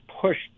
pushed